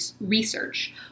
research